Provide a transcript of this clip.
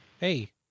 Hey